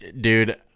dude